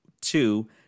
two